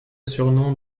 surnom